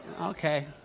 Okay